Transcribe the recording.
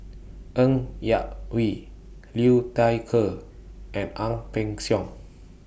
Ng Yak Whee Liu Thai Ker and Ang Peng Siong